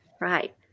Right